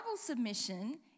submission